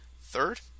third